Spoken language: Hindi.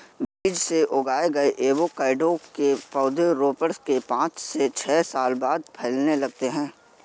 बीज से उगाए गए एवोकैडो के पौधे रोपण के पांच से छह साल बाद फलने लगते हैं